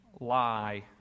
lie